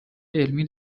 علمی